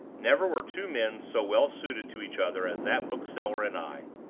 never were two men so well suited to each other as that book-seller and i.